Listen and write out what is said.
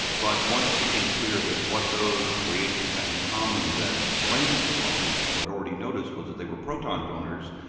but once it became clear that what those reagents have in common that explains the properties people had already noticed was that they were proton donors,